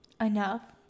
enough